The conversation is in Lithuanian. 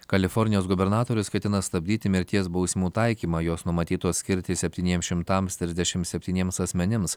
kalifornijos gubernatorius ketina stabdyti mirties bausmių taikymą jos numatytos skirti septyniems šimtams trisdešimt septyniems asmenims